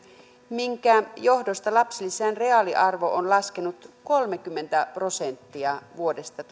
minkä johdosta lapsilisän reaaliarvo on laskenut kolmekymmentä prosenttia vuodesta